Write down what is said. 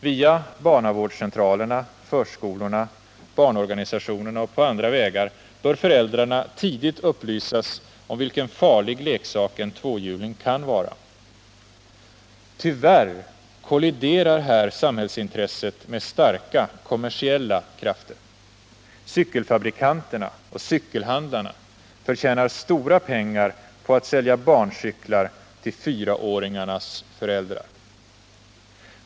Via barnavårdscentralerna, förskolorna, barnorganisationerna och på andra vägar bör föräldrarna tidigt upplysas om vilken farlig leksak en tvåhjuling kan vara. Tyvärr kolliderar här samhällsintresset med starka kommersiella krafter. Cykelfabrikanterna och cykelhandlarna förtjänar stora 15 pengar på att sälja barncyklar till fyraåringarnas föräldrar.